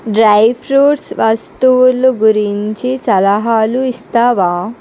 dry fruits వస్తువులు గురించి సలహాలు ఇస్తావా